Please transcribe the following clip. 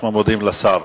אנחנו מודים לשר.